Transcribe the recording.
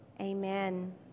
Amen